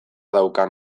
daukan